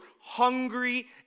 hungry